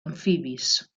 amfibis